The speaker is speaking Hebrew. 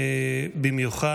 מרכזת האופוזיציה, במיוחד,